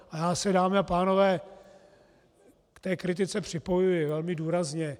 A já se, dámy a pánové, k té kritice připojuji velmi důrazně.